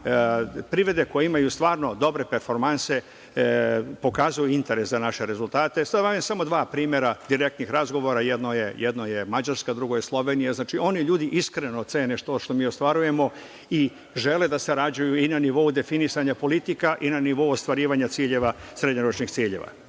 privrede koje imaju stvarno dobre performanse pokazuju interes za naše rezultate. Navešću samo dva primera direktnih razgovora, jedno je Mađarska, drugo je Slovenija. Znači, oni, ljudi, iskreno cene to što mi ostvarujemo i žele da sarađuju i na nivou definisanja politika i na nivou ostvarivanja srednjoročnih ciljeva. Šta